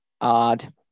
odd